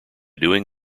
doing